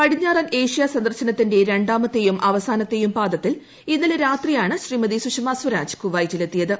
പടിഞ്ഞാറൻ ഏഷ്യാ സന്ദർശനത്തിന്റെ രണ്ടാമത്തെയും അവസാനത്തെയും പാദത്തിൽ ഇന്നലെ രാത്രിയാണ് ശ്രീമതി സുഷമ സ്വരാജ് കുവൈറ്റിലെത്തിയത്